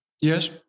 yes